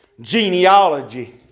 genealogy